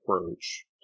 approach